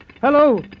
Hello